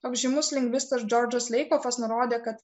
toks žymus lingvistas džordžas leikofas nurodė kad